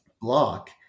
block